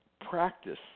practice